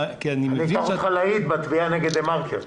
אקרא לך להעיד בתביעה נגד דה מרקר.